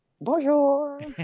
Bonjour